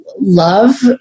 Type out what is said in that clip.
love